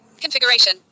Configuration